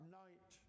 night